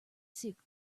silk